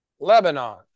Lebanon